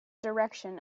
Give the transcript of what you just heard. direction